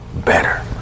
better